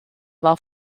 war